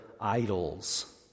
idols